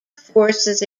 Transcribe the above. forces